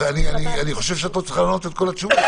אני חושב שאת לא צריכה לענות על כל התשובות,